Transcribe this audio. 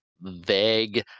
vague